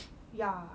ya